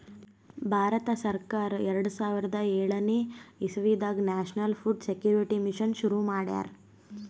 ಭಾರತ ಸರ್ಕಾರ್ ಎರಡ ಸಾವಿರದ್ ಯೋಳನೆ ಇಸವಿದಾಗ್ ನ್ಯಾಷನಲ್ ಫುಡ್ ಸೆಕ್ಯೂರಿಟಿ ಮಿಷನ್ ಶುರು ಮಾಡ್ಯಾರ್